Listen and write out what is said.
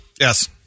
Yes